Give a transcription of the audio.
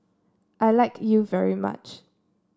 I like you very much